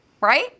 Right